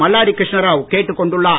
மல்லாடி கிருஷ்ணராவ் கேட்டுக் கொண்டுள்ளார்